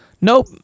Nope